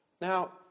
Now